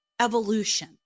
evolution